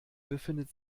befindet